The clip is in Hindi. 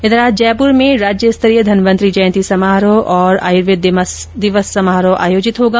उधर आज जयपुर में राज्य स्तरीय धन्वन्तरी जयंती समारोह और आयूर्वेद दिवस समारोह आयोजित होगा